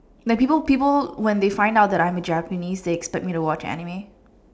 like people people when they find out that I'm a Japanese they expect me to watch anime